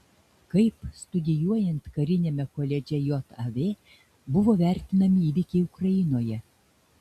kaip studijuojant kariniame koledže jav buvo vertinami įvykiai ukrainoje